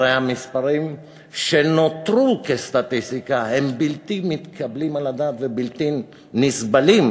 הרי המספרים שנותרו כסטטיסטיקה הם בלתי מתקבלים על הדעת ובלתי נסבלים,